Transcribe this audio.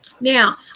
Now